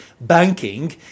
banking